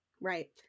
Right